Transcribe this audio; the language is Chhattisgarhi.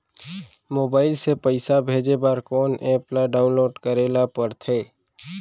मोबाइल से पइसा भेजे बर कोन एप ल डाऊनलोड करे ला पड़थे?